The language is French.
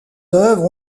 œuvres